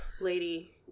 lady